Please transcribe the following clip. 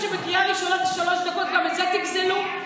בוודאי שנעלה.